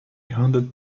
hundred